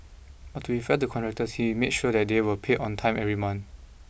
but to be fair to contractors he made sure that they were paid on time every month